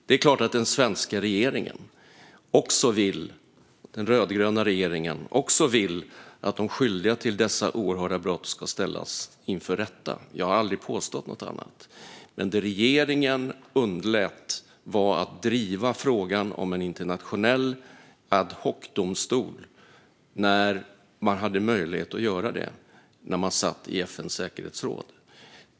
Det är klart att den rödgröna svenska regeringen också vill att de skyldiga till dessa oerhörda brott ska ställas inför rätta. Jag har aldrig påstått något annat. Men det som regeringen underlät var att driva frågan om en internationell ad hoc-domstol när man hade möjlighet att göra det då man satt i FN:s säkerhetsråd.